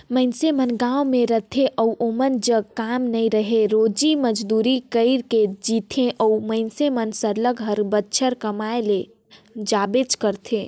मइनसे मन गाँव में रहथें अउ ओमन जग काम नी रहें रोजी मंजूरी कइर के जीथें ओ मइनसे मन सरलग हर बछर कमाए ले जाबेच करथे